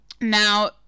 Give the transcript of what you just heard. Now